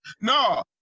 No